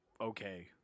okay